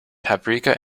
paprika